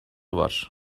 var